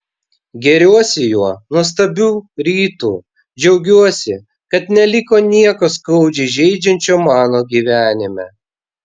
gėriuosi juo nuostabiu rytu džiaugiuosi kad neliko nieko skaudžiai žeidžiančio mano gyvenime